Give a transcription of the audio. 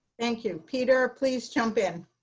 thank you. peter, please jump in.